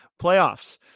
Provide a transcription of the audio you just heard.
playoffs